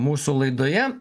mūsų laidoje